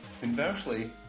conversely